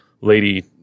lady